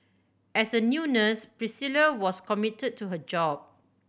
as a new nurse Priscilla was committed to her job